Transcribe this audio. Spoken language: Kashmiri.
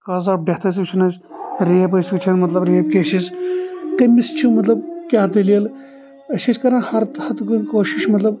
کاز آف ڈیٖٚتھ ٲسۍ وُچھان أسۍ ریپ ٲسۍ وُچھُان مطلب ریپ کیس ٲسۍ کٔمِس چھِ مطلب کیاہ دٔلیٖل أسۍ ٲسۍ کران ہر ہتہٕ گوٚن کوشش مطلب